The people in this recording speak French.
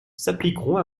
s’appliqueront